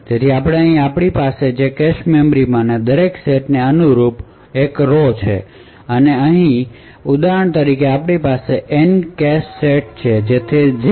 તેથી અહીં આપણી પાસે તે કેશ મેમરી માંના દરેક સેટને અનુરૂપ રો છે તેથી અહીં ઉદાહરણ તરીકે આપણી પાસે N કેશ સેટ્સ છે